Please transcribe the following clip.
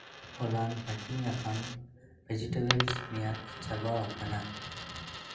ᱦᱚᱞᱟᱱ ᱦᱟᱹᱴᱤᱧ ᱟᱠᱟᱱ ᱵᱷᱮᱡᱤᱴᱮᱵᱚᱞ ᱢᱮᱭᱟᱫ ᱪᱟᱵᱟ ᱟᱠᱟᱱᱟ